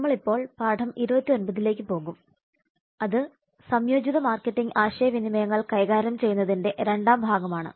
നമ്മൾ ഇപ്പോൾ പാഠം 29 ലേക്ക് പോകും അത് സംയോജിത മാർക്കറ്റിംഗ് ആശയവിനിമയങ്ങൾ കൈകാര്യം ചെയ്യുന്നതിന്റെ രണ്ടാം ഭാഗം ആണ്